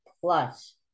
plus